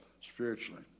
spiritually